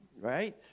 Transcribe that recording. Right